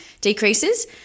decreases